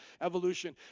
evolution